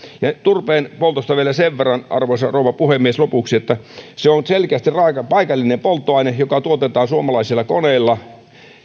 turpeen poltosta vielä lopuksi arvoisa rouva puhemies sen verran että se on selkeästi paikallinen polttoaine joka tuotetaan suomalaisilla koneilla